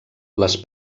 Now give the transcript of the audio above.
les